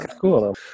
Cool